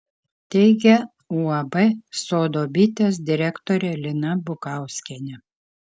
teigia uab sodo bitės direktorė lina bukauskienė